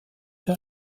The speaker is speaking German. der